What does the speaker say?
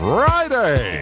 Friday